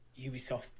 Ubisoft